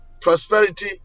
Prosperity